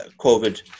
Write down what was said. COVID